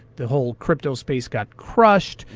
the whole crypto space got crushed,